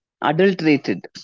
adulterated